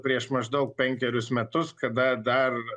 prieš maždaug penkerius metus kada dar